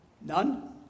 None